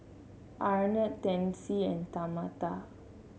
Arnett Tennessee and Tamatha